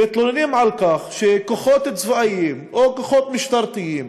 הם מתלוננים על כך שכוחות צבאיים או כוחות משטרתיים